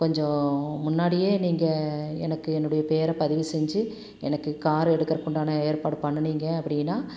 கொஞ்சம் முன்னாடியே நீங்கள் எனக்கு என்னுடைய பெயரை பதிவு செஞ்சு எனக்கு காரு எடுக்கறதுக்கு உண்டான ஏற்பாடு பண்ணினிங்க அப்படின்னா